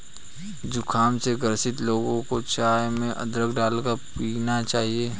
जुखाम से ग्रसित लोगों को चाय में अदरक डालकर पीना चाहिए